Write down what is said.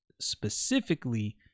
specifically